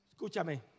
Escúchame